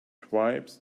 tribes